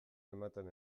ematen